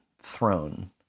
throne